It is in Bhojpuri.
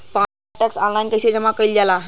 पानी क टैक्स ऑनलाइन कईसे जमा कईल जाला?